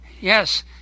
Yes